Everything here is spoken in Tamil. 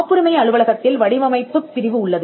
காப்புரிமை அலுவலகத்தில் வடிவமைப்புப் பிரிவு உள்ளது